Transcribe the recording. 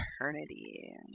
eternity